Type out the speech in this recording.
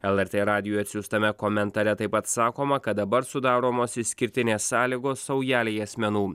lrt radijui atsiųstame komentare taip pat sakoma kad dabar sudaromos išskirtinės sąlygos saujelei asmenų